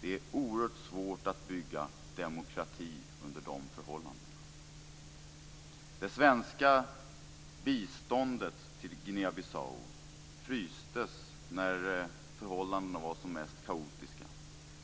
Det är oerhört svårt att bygga demokrati under de förhållandena. Det svenska biståndet till Guinea-Bissau frystes när förhållandena var som mest kaotiska.